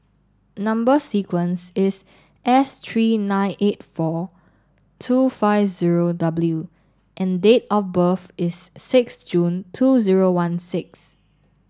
number sequence is S three nine eight four two five zero W and date of birth is six June two zero one six